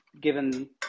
given